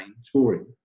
scoring